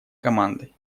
командой